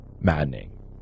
maddening